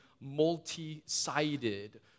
multi-sided